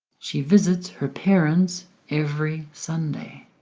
she visits her parents every sunday.